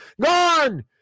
gone